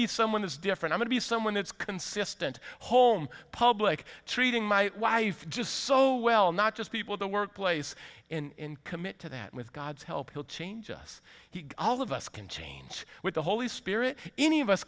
be someone that's different i want to be someone that's consistent home public treating my wife just so well not just people the workplace in commit to that with god's help he'll change us he all of us can change with the holy spirit any of us